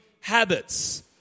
habits